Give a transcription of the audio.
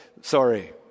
Sorry